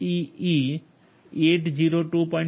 4 IEEE 802